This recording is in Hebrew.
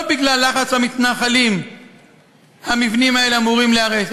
לא בגלל לחץ המתנחלים המבנים האלה אמורים להיהרס,